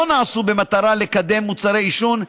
שלא נעשו במטרה לקדם מוצר עישון,